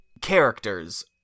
characters